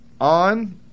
On